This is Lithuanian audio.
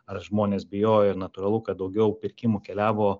ar žmonės bijojo ir natūralu kad daugiau pirkimų keliavo